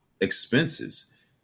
expenses